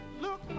Look